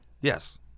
Yes